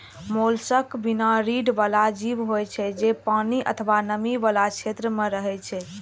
mollusc बिना रीढ़ बला जीव होइ छै, जे पानि अथवा नमी बला क्षेत्र मे रहै छै